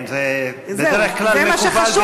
בדרך כלל מקובל,